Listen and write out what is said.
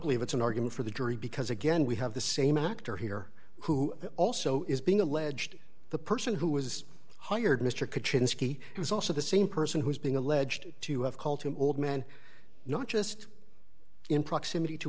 believe it's an argument for the jury because again we have the same actor here who also is being alleged the person who was hired mr kaczynski is also the same person who is being alleged to have called him old man not just in proximity to